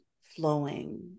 flowing